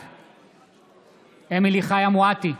בעד אמילי חיה מואטי,